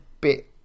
bit